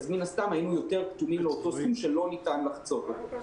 אז היינו יותר --- לאותו סכום שלא ניתן לחצות אותו.